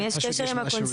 גם יש קשר עם הקונסוליות.